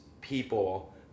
people